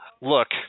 Look